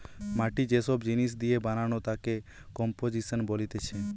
মাটি যে সব জিনিস দিয়ে বানানো তাকে কম্পোজিশন বলতিছে